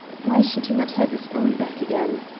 why should he not have his own back again?